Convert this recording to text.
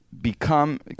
become